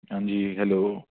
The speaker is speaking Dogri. हां जी हैलो